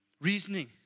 Reasoning